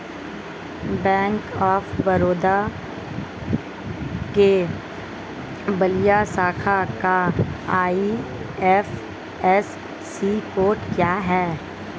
Bank of Baroda के बलिया शाखा का आई.एफ.एस.सी कोड क्या है?